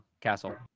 castle